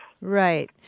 Right